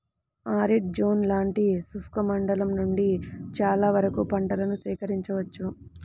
arid zone లాంటి శుష్క మండలం నుండి చాలా వరకు పంటలను సేకరించవచ్చు